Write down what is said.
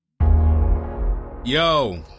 yo